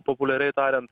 populiariai tariant